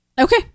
Okay